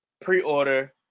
pre-order